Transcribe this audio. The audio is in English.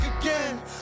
again